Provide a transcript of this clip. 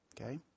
okay